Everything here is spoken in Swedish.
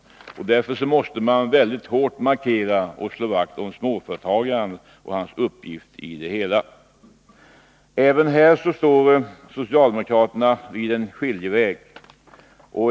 Därför måste man mycket hårt markera och slå vakt om småföretagaren och hans uppgift i sammanhanget. Även här står socialdemokraterna vid en skiljeväg.